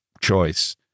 choice